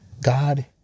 God